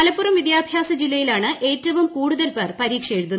മലപ്പുറം ഷിദ്യാഭ്യാസ ജില്ലയിലാണ് ഏറ്റവും കൂടുതൽ പേർ പരീക്ഷ എച്ചുത്ത്